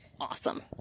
awesome